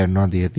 R નોંધી હતી